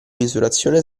misurazione